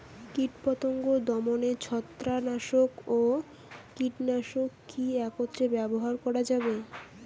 কীটপতঙ্গ দমনে ছত্রাকনাশক ও কীটনাশক কী একত্রে ব্যবহার করা যাবে?